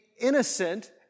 innocent